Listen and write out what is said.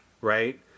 right